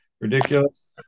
ridiculous